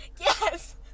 yes